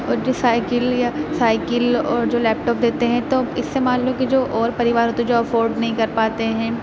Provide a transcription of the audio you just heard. اور جو سائیکل یا سائیکل اور جو لیپ ٹاپ دیتے ہیں تو اس سے مان لو کہ جو اور پریوار ہوتے ہیں جو افورڈ نہیں کر پاتے ہیں